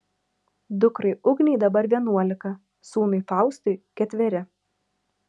dukrai ugnei dabar vienuolika sūnui faustui ketveri